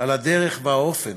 על הדרך והאופן